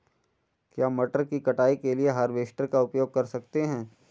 क्या मटर की कटाई के लिए हार्वेस्टर का उपयोग कर सकते हैं?